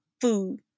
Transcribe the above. Food